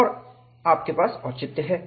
और आपके पास औचित्य है